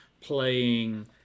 playing